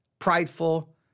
prideful